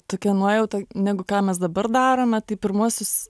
tokia nuojauta negu ką mes dabar darome tai pirmuosius